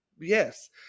yes